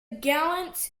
gallant